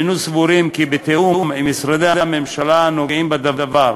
הננו סבורים כי בתיאום עם משרדי הממשלה הנוגעים הדבר,